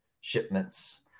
shipments